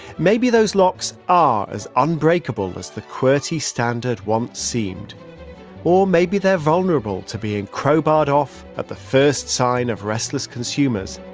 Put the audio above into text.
maybe those locks are as unbreakable as the qwerty standard once seemed or maybe they're vulnerable to being crowbarred off at the first sign of restless consumers.